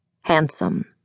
handsome